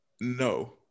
No